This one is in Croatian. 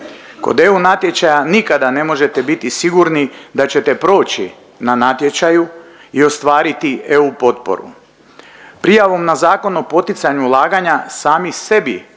Kod EU natječaja nikada ne možete biti sigurni da ćete proći na natječaju i ostvariti EU potporu. Prijavom na Zakon o poticanju ulaganja sami sebi